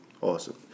awesome